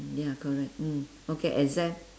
mm ya correct mm okay exam